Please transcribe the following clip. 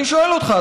אני שואל אותך,